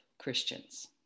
Christians